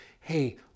Hey